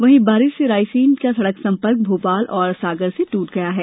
वहीं बारिश से रायसेन का सड़क संपर्क भोपाल और सागर से दूट गया है